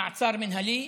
במעצר מינהלי,